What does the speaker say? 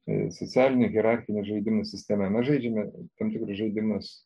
tai socialinė hierarchinė žaidimų sistema mes žaidžiame tam tikrus žaidimus